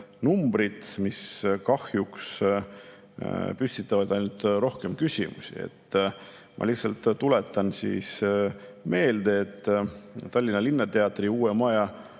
numbrid, mis kahjuks püstitavad ainult rohkem küsimusi. Ma lihtsalt tuletan meelde, et Tallinna Linnateatri uue maja